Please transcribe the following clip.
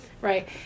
Right